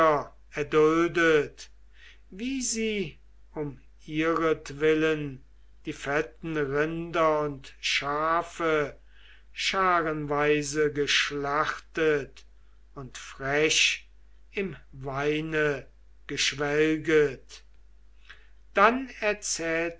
erduldet wie sie um ihretwillen die fetten rinder und schafe scharenweise geschlachtet und frech im weine geschwelget dann erzählte